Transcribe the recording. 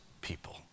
people